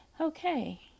Okay